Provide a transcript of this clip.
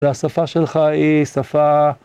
‫והשפה שלך היא שפה...